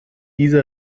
diese